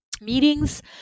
meetings